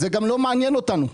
זה גם לא מעניין אותנו.